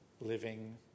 living